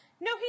No